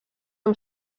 amb